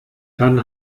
dann